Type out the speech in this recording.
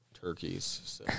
turkeys